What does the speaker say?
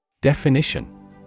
Definition